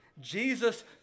Jesus